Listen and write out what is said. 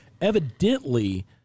Evidently